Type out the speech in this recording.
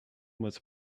was